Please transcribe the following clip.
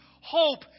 hope